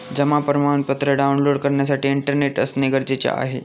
जमा प्रमाणपत्र डाऊनलोड करण्यासाठी इंटरनेट असणे गरजेचे आहे